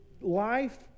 life